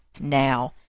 now